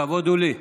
הכבוד הוא לי.